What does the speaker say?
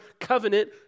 covenant